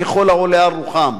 ככל העולה על רוחם.